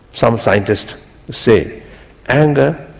some scientists say anger,